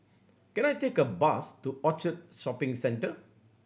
can I take a bus to Orchard Shopping Centre